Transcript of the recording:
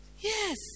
Yes